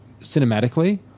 cinematically